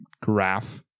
graph